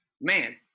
man